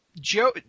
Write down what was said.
Joe